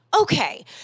okay